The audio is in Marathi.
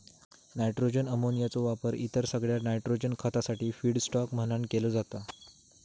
नायट्रोजन अमोनियाचो वापर इतर सगळ्या नायट्रोजन खतासाठी फीडस्टॉक म्हणान केलो जाता